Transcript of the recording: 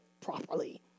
properly